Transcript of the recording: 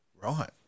Right